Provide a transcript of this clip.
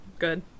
good